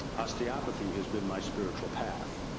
osteopathy has been my spiritual path.